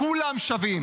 כולם שווים,